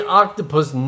octopus